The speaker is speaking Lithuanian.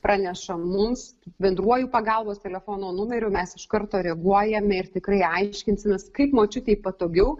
praneša mums bendruoju pagalbos telefono numeriu mes iš karto reaguojame ir tikrai aiškinsimės kaip močiutei patogiau